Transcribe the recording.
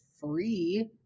free